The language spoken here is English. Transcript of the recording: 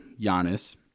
Giannis